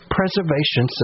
Preservation